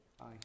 Aye